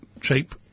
cheap